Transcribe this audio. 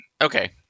Okay